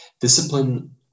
discipline